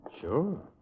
Sure